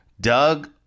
Doug